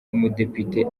umudepite